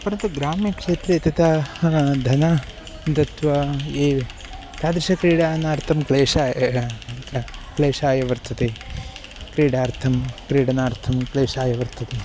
परन्तु ग्राम्यक्षेत्रे तथा धनं दत्वा ये तादृशक्रीडनार्थं क्लेशाय क्लेशाय वर्तते क्रीडार्थं क्रीडनार्थं क्लेशाय वर्तते